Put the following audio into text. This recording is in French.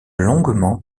longuement